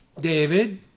David